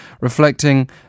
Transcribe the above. reflecting